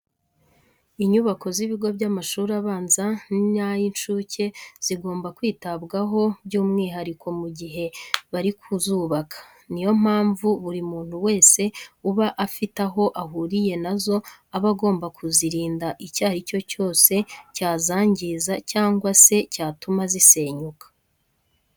Inyubako z'ibigo by'amashuri abanza n'ay'incuke zigomba kwitabwaho by'umwihariko mu gihe bari kuzubaka. Niyo mpamvu buri muntu wese uba afite aho ahuriye na zo aba agomba kuzirinda icyo ari cyo cyose cyazangiza cyangwa se cyatuma zisenyuka.